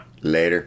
Later